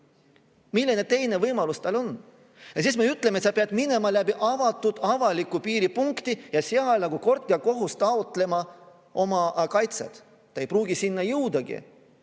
Milline teine võimalus siis on? Ja siis me ütleme, et sa pead minema läbi avatud avaliku piiripunkti ja seal nagu kord ja kohus taotlema oma kaitset. Ta ei pruugi sinna jõudagi.